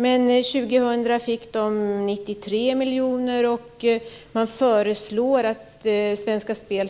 Men år 2000 fick de 93 miljoner, och man föreslår att Svenska Spel